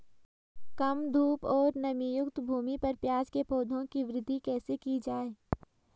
कम धूप और नमीयुक्त भूमि पर प्याज़ के पौधों की वृद्धि कैसे की जाए?